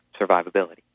survivability